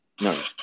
no